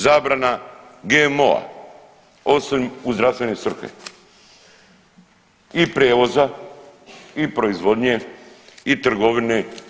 Zabrana GMO-a osim u zdravstvene svrhe i prijevoza, i proizvodnje, i trgovine.